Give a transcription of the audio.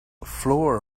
floral